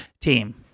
team